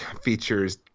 features